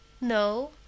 no